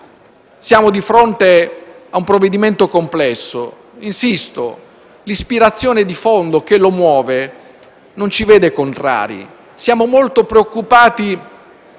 siamo di fronte a un provvedimento complesso. Insisto nel dire che l'ispirazione di fondo che lo muove non ci vede contrari. Siamo molto preoccupati,